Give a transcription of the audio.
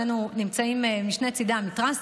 שנינו נמצאים משני צידי המתרס,